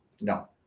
No